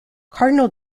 cardinal